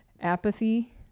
Apathy